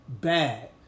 Bad